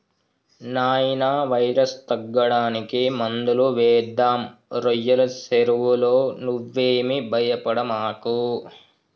నాయినా వైరస్ తగ్గడానికి మందులు వేద్దాం రోయ్యల సెరువులో నువ్వేమీ భయపడమాకు